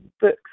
books